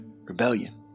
rebellion